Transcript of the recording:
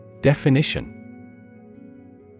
Definition